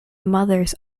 mothers